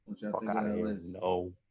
no